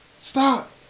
stop